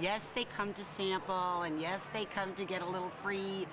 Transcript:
yes they come to sample and yes they come to get a little free